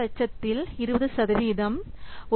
000 இல் 20சதவிகிதம் 1